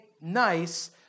nice